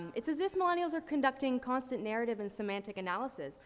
it's as if millennials are conducting constant narrative and semantic analysis,